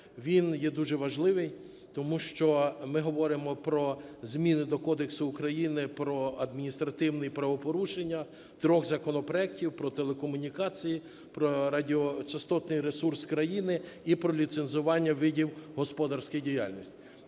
він є дуже важливий, тому що ми говоримо про зміни до Кодексу України про адміністративні правопорушення, трьох законопроектів: про телекомунікації, про радіочастотний ресурс країни і про ліцензування видів господарської діяльності.